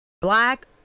black